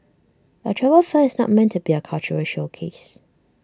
A travel fair is not meant to be A cultural showcase